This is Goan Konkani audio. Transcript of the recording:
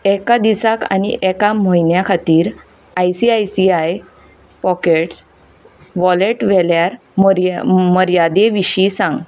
एका दिसाक आनी एका म्हयन्या खातीर आयसीआयसीआय पॉकेट्स वॉलेट व्हेल्यार मर्या मर्यादे विशीं सांग